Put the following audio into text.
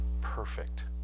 perfect